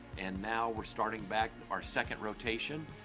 and now we're starting back our second rotation,